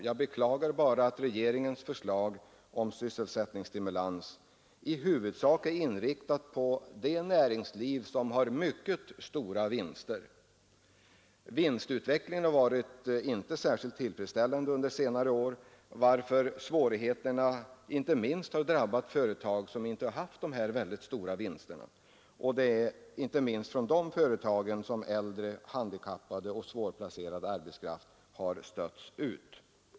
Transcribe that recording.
Jag beklagar dock att regeringens åtgärder för sysselsättningsstimulans i huvudsak är inriktat på det näringsliv som har mycket stora vinster. Vinstutvecklingen har inte varit särskilt tillfredsställande under senare år, varför svårigheterna främst har drabbat företag som inte haft dessa mycket stora vinster. Det är speciellt från de företagen som äldre och handikappade människor samt svårplacerad arbetskraft har stötts ut.